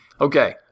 Okay